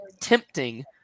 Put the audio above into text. tempting